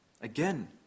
Again